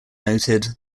noted